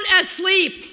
asleep